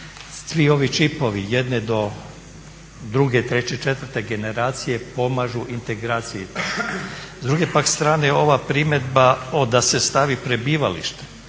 Svi ovi čipovi, jedne, do druge, četvrte generacije pomažu integraciji. S druge pak strane ova primjedba da se stavi prebivalište,